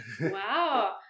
Wow